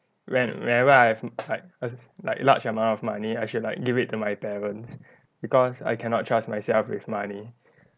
when whenever I have like a like a large amount of money I should like give it to my parents because I cannot trust myself with money